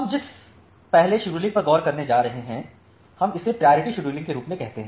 हम जिस पहले शेड्यूलिंग पर गौर करने जा रहे हैं हम इसे प्रायोरिटी शेड्यूलिंग के रूप में कहते हैं